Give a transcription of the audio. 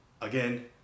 again